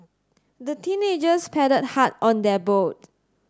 the teenagers paddled hard on their boat